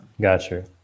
Gotcha